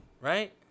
right